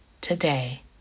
today